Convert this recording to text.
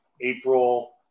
April